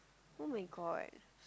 [oh]-my-god